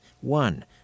One